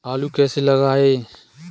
आलू कैसे लगाएँ?